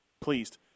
pleased